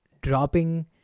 dropping